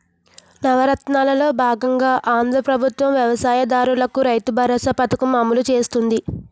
నవరత్నాలలో బాగంగా ఆంధ్రా ప్రభుత్వం వ్యవసాయ దారులకు రైతుబరోసా పథకం అమలు చేస్తుంది